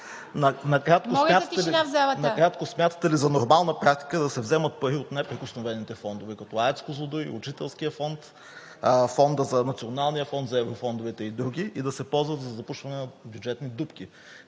Накратко, смятате ли за нормална практика да се вземат пари от неприкосновените фондове, като АЕЦ „Козлодуй“, Учителския фонд, Националния фонд за еврофондовете и други, и да се ползват за запушване на бюджетни дупки?